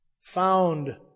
found